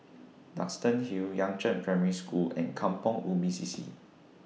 Duxton Hill Yangzheng Primary School and Kampong Ubi C C